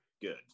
good